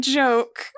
joke